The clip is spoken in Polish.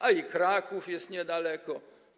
A i Kraków jest niedaleko.